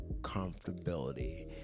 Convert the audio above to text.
comfortability